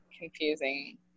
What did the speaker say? confusing